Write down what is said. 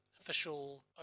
official